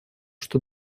что